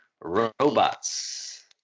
robots